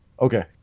Okay